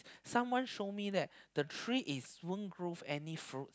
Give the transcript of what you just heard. someone show me that the tree is won't grow any fruits